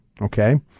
Okay